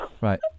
Right